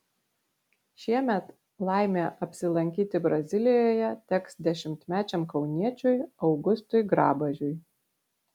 šiemet laimė apsilankyti brazilijoje teks dešimtmečiam kauniečiui augustui grabažiui